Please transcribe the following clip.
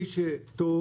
מי שיהיה טוב